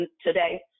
today